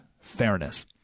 fairness